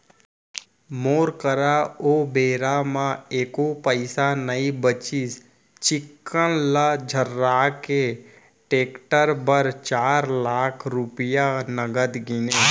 मोर करा ओ बेरा म एको पइसा नइ बचिस चिक्कन ल झर्रा के टेक्टर बर चार लाख रूपया नगद गिनें